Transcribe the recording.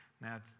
Now